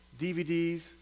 DVDs